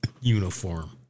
uniform